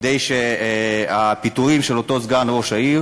כדי שהפיטורים של אותו סגן ראש העיר